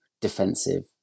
defensive